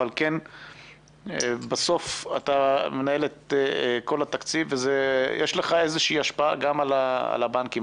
אבל כן בסוף אתה מנהל את כל התקציב ויש לך איזושהי השפעה גם על הבנקים.